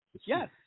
Yes